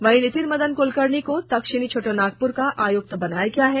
वहीं नितिन मदन कुलकर्णी को दक्षिणी छोटानागपुर का आयुक्त बनाया गया हैं